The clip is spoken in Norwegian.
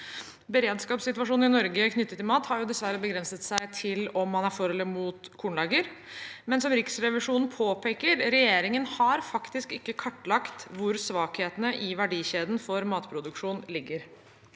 Beredskapssituasjonen i Norge knyttet til mat har dessverre begrenset seg til om man er for eller mot kornlager, men som Riksrevisjonen påpeker: Regjeringen har faktisk ikke kartlagt hvor svakhetene i verdikjeden for matproduksjon ligger.